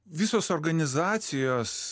visos organizacijos